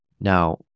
Now